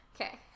Okay